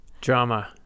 Drama